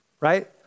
right